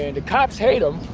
and cops hate them,